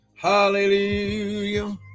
Hallelujah